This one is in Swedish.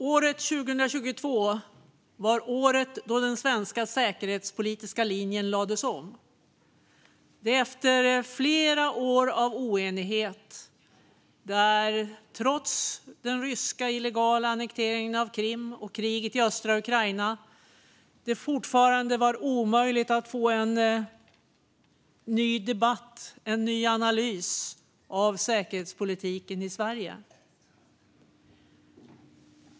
År 2022 var året då den svenska säkerhetspolitiska linjen lades om efter flera år av oenighet där det trots den ryska illegala annekteringen av Krim och kriget i östra Ukraina fortfarande varit omöjligt att få en ny debatt om och analys av säkerhetspolitiken i Sverige.